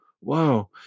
wow